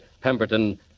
Pemberton